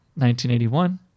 1981